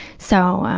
so,